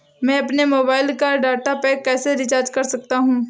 मैं अपने मोबाइल का डाटा पैक कैसे रीचार्ज कर सकता हूँ?